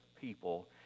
people